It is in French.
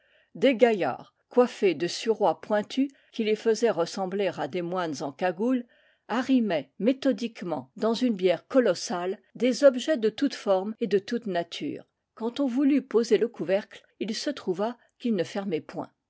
des gaillards coiffés de suroîts pointus qui les faisaient ressembler à des moines en cagoule arrimaient méthodiquement dans une bière colossale des objets de toute forme et de toute nature quand on voulut poser le couvercle il se trouva qu'il ne fermait point